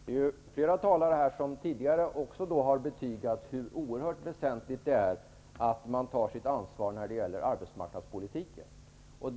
Herr talman! Flera talare har här tidigare också betygat hur oerhört väsentligt det är att man tar sitt ansvar när det gäller arbetsmarknadspolitiken.